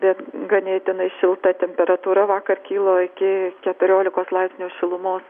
bet ganėtinai šilta temperatūra vakar kilo iki keturiolikos laipsnių šilumos